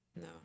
No